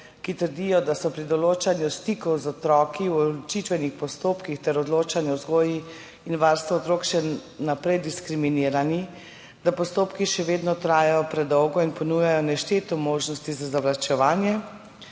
ki trdijo, da so pri določanju stikov z otroki v ločitvenih postopkih ter odločanju o vzgoji in varstvu otrok še naprej diskriminirani, da postopki še vedno trajajo predolgo in ponujajo nešteto možnosti za zavlačevanje,